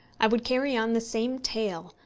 i would carry on the same tale,